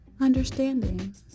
Understanding